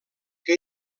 que